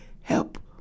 help